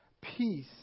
peace